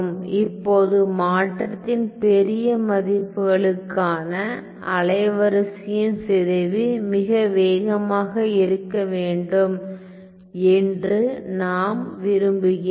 இப்போது மாற்றத்தின் பெரிய மதிப்புகளுக்கான அலைவரிசையின் சிதைவு மிக வேகமாக இருக்க வேண்டும் என்று நாம் விரும்புகிறோம்